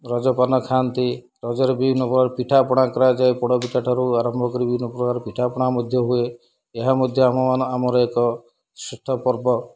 ରଜ ପାନ ଖାଆନ୍ତି ରଜରେ ବିଭିନ୍ନ ପ୍ରକାର ପିଠାପଣା କରାଯାଏ ପୋଡ଼ପିଠା ଠାରୁ ଆରମ୍ଭ କରି ବିଭିନ୍ନ ପ୍ରକାର ପିଠାପଣା ମଧ୍ୟ ହୁଏ ଏହା ମଧ୍ୟ ଆମ ଆମର ଏକ ସୁସ୍ଥ ପର୍ବ